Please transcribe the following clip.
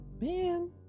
Man